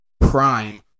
Prime